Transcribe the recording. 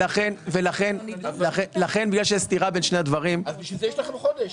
לכן יש לכם חודש.